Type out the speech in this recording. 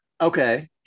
Okay